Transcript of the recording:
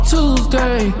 Tuesday